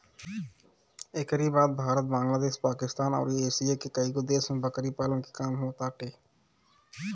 एकरी बाद भारत, बांग्लादेश, पाकिस्तान अउरी एशिया के कईगो देश में बकरी पालन के काम होताटे